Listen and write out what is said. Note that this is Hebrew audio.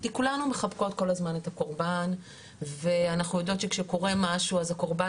כי כולנו מחבקות כל הזמן את הקורבן ואנחנו יודעות שכשקורה משהו אז הקורבן